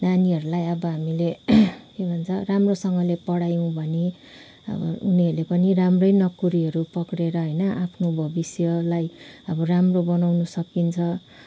नानीहरूलाई अब हामीले के भन्छ राम्रोसँगले पढायौँ भने अब उनीहरूले पनि राम्रै नोकरीहरू पक्रिएर होइन आफ्नो भविष्यलाई अब राम्रो बनाउनु सकिन्छ